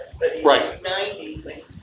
Right